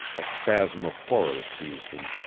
a spasm of horror seized him.